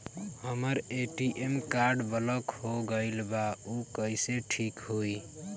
हमर ATM card block हो गईल बा ऊ कईसे ठिक होई?